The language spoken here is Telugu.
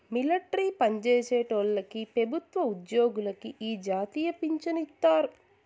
మిలట్రీ పన్జేసేటోల్లకి పెబుత్వ ఉజ్జోగులకి ఈ జాతీయ పించను ఇత్తారు